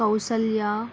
Kaushalya